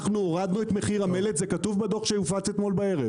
אנחנו הורדנו את מחיר המלט - זה כתוב בדוח שהופץ אמש.